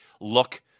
look